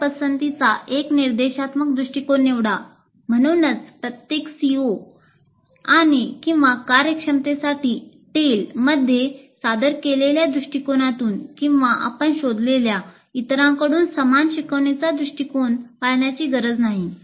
आपल्या पसंतीचा एक निर्देशात्मक दृष्टीकोन निवडा म्हणूनच प्रत्येक सीओ मध्ये सादर केलेल्या दृष्टिकोनातून किंवा आपण शोधलेल्या इतरांकडून समान शिकवणीचा दृष्टीकोन पाळण्याची गरज नाही